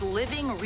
living